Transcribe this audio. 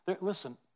Listen